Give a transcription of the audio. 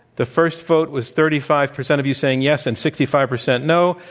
the first vote was thirty five percent of you saying yes, and sixty five percent no.